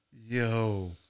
Yo